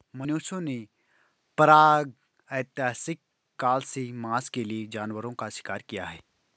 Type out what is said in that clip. मनुष्यों ने प्रागैतिहासिक काल से मांस के लिए जानवरों का शिकार किया है